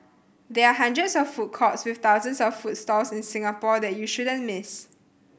there are hundreds of food courts with thousands of food stalls in Singapore that you shouldn't miss